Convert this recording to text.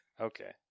Okay